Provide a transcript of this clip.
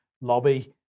lobby